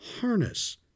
harness